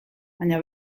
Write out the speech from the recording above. baina